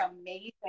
amazing